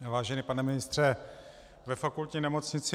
Vážený pane ministře, ve Fakultní nemocnici